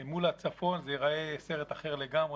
אל מול הצפון, זה ייראה סרט אחר לגמרי.